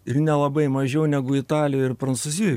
ir nelabai mažiau negu italijoj ar prancūzijoj